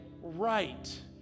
right